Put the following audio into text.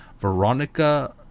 Veronica